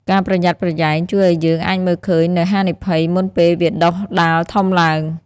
ការប្រយ័ត្នប្រយែងជួយឱ្យយើងអាចមើលឃើញនូវហានិភ័យមុនពេលវាដុះដាលធំឡើង។